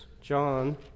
John